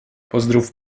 pozdrów